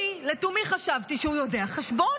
אני לתומי חשבתי שהוא יודע חשבון.